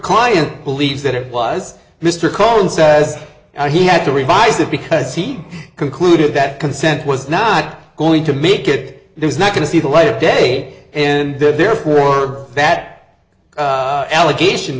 client believes that it was mr cohen says he had to revise it because he concluded that consent was not going to make it there's not going to see the light of day and therefore that allegation